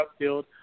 upfield